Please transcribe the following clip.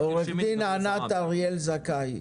עורכת דין ענת אריאל זכאי,